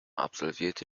absolvierte